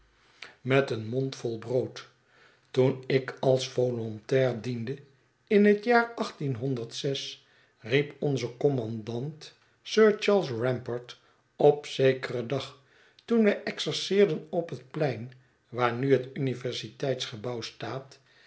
septimus hicks mondvol brood toen ik als volontair diende in het jaar achttien honderd zes riep onze commandant sir charles rampart op zekeren dag toen wy exerceerden op het plein waar nu het universiteitsgebouw